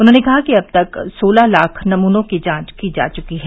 उन्होंने कहा कि अब तक लगभग सोलह लाख नमूनों की जांच की जा चुकी है